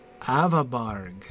Avabarg